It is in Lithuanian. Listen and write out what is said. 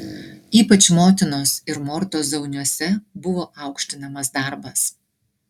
ypač motinos ir mortos zauniuose buvo aukštinamas darbas